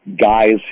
guys